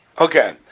okay